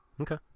Okay